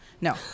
No